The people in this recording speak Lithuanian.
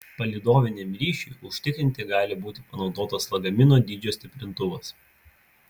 palydoviniam ryšiui užtikrinti gali būti panaudotas lagamino dydžio stiprintuvas